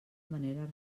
manera